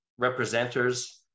representers